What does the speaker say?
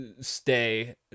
stay